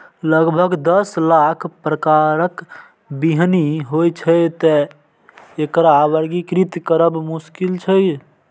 लगभग दस लाख प्रकारक बीहनि होइ छै, तें एकरा वर्गीकृत करब मोश्किल छै